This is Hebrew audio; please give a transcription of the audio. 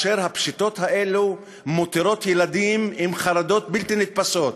והפשיטות האלה מותירות ילדים עם חרדות בלתי נתפסות.